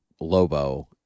Lobo